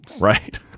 Right